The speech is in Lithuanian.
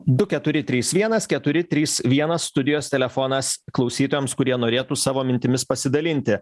du keturi trys vienas keturi trys vienas studijos telefonas klausytojams kurie norėtų savo mintimis pasidalinti